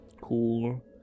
Cool